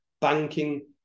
banking